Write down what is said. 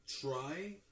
try